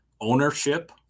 ownership